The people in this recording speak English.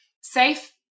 safe